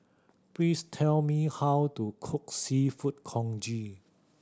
please tell me how to cook Seafood Congee